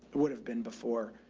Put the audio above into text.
would have been before.